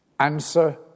Answer